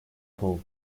pool